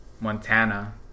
Montana